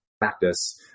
practice